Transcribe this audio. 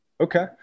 Okay